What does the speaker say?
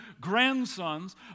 grandsons